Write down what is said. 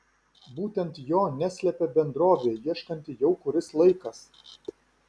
būtent jo neslepia bendrovė ieškanti jau kuris laikas